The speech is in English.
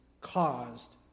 caused